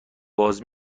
باز